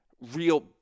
real